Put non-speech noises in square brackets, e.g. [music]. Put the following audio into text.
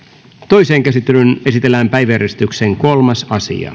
toiseen käsittelyyn esitellään päiväjärjestyksen kolmas asia [unintelligible]